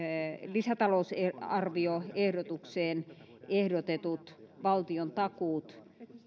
lisätalousarvioehdotukseen ehdotetut valtiontakuut